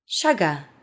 Sugar